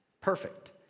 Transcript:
Perfect